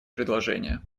предложения